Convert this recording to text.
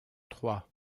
trois